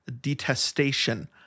detestation